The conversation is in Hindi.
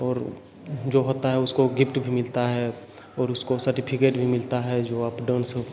और जो होता है उसको गिफ्ट भी मिलता है और उसको सर्टिफिकेट भी मिलता है जो आप डांस